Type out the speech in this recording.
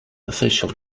official